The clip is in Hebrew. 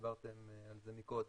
שדיברתם על זה מקודם.